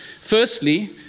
Firstly